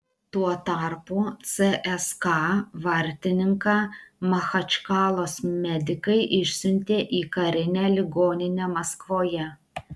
tuo tarpu cska vartininką machačkalos medikai išsiuntė į karinę ligoninę maskvoje